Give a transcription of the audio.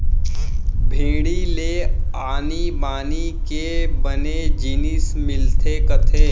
भेड़ी ले आनी बानी के बने जिनिस मिलथे कथें